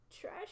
trash